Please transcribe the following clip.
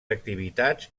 activitats